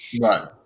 Right